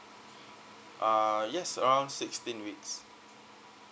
uh yes around sixteen weeks